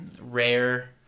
rare –